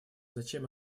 зачем